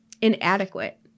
inadequate